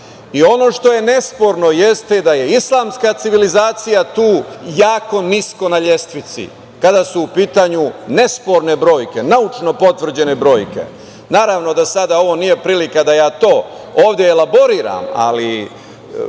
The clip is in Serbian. što je nesporno, jeste da je islamska civilizacija tu jako nisko na lestvici kada su u pitanju nesporne brojke, naučno potvrđene brojke. Naravno, sada ovo nije prilika da ja to ovde elaboriram, ali